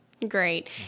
Great